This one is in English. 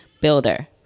Builder